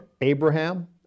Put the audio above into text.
Abraham